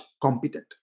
competent